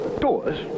Doors